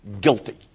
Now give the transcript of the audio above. guilty